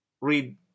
read